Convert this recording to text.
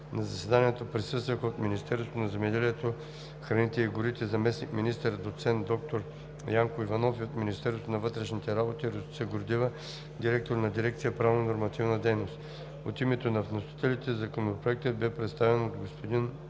На заседанието присъстваха – от Министерството на земеделието, храните и горите заместник-министър доцент доктор Янко Иванов и от Министерство на вътрешните работи Росица Грудева – директор на Дирекция „Правно-нормативна дейност“. От името на вносителите Законопроектът бе представен от господин